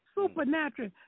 Supernatural